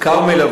כרמל,